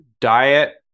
diet